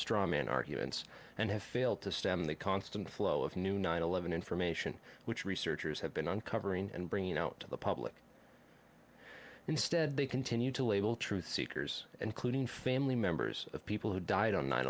straw man arguments and have failed to stem the constant flow of new nine eleven information which researchers have been uncovering and bringing out to the public instead they continue to label truth seekers including family members of people who died on nine